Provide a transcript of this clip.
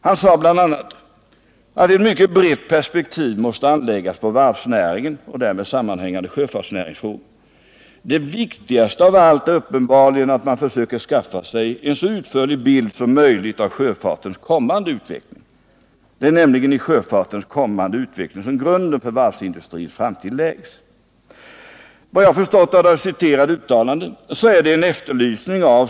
Han sade bl.a. att ett mycket brett perspektiv måste anläggas på varvsnäringen och därmed sammanhängande sjöfartsnäringsfrågor. Det viktigaste av allt, fortsatte han, är uppenbarligen att man försöker skaffa sig en så utförlig bild som möjligt av sjöfartens kommande utveckling. Det är nämligen i sjöfartens kommande utveckling som grunden för varvsindustrins framtid läggs. Vad jag har förstått av det citerade uttalandet är det en efterlysning av .